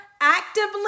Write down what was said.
Actively